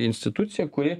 institucija kuri